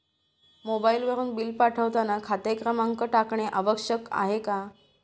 मोबाईलवरून बिल पाठवताना खाते क्रमांक टाकणे आवश्यक आहे का?